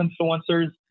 influencers